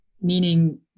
meaning